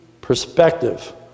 perspective